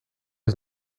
was